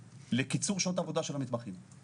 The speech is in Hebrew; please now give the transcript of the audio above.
טוב, שלום לכולם, אנחנו חוזרים לדיון.